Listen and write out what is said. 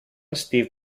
steve